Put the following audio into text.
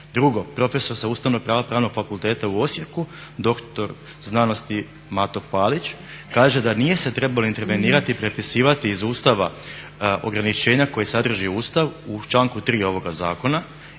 Drugo, profesor ustavnog prava Pravnog fakulteta u Osijeku dr.sc. Mato Palić kaže da nije se trebalo intervenirati i prepisivati iz Ustava ograničenja koja sadrži Ustav, u članku 3. ovoga zakona,